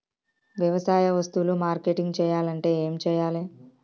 వ్యవసాయ వస్తువులు మార్కెటింగ్ చెయ్యాలంటే ఏం చెయ్యాలే?